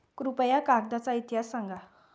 कृपया कागदाचा इतिहास सांगा